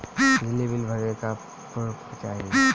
बिजली बिल भरे ला का पुर्फ चाही?